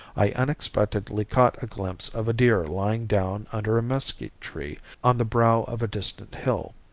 i unexpectedly caught a glimpse of a deer lying down under a mesquite tree on the brow of a distant hill.